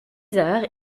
heures